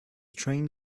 train